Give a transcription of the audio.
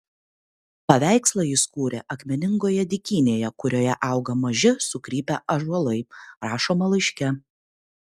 paveikslą jis kūrė akmeningoje dykynėje kurioje auga maži sukrypę ąžuolai rašoma laiške